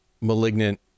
malignant